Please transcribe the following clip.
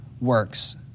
works